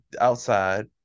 outside